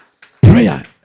Prayer